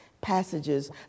passages